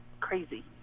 crazy